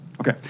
Okay